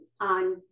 on